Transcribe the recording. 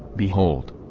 behold!